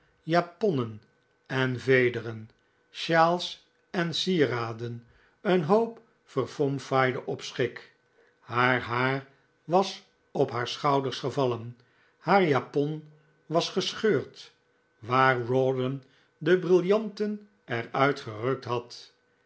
japonnen en vederen sjaals en sieraden een hoop verfomfaaiden opschik haar haar was op haar schouders gevallen haar japon was gescheurd waar rawdon de briljanten er uit gerukt had